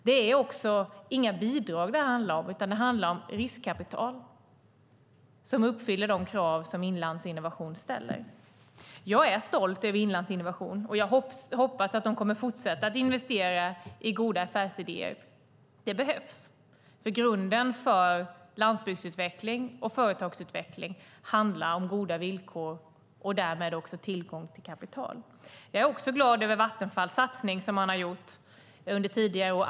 Det är inte heller bidrag det handlar om, utan det handlar om riskkapital som uppfyller de krav Inlandsinnovation ställer. Jag är stolt över Inlandsinnovation, och jag hoppas att de kommer att fortsätta att investera i goda affärsidéer. Det behövs, för grunden för landsbygdsutveckling och företagsutveckling är goda villkor och därmed också tillgång till kapital. Jag är också glad över den satsning Vattenfall har gjort under tidigare år.